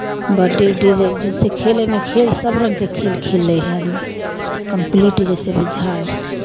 बड्डी उड्डी जइसे खेलयमे खेल सभ रङ्गके खेल खेल लै हइ आदमी कम्प्लीट जइसे बुझाइ हइ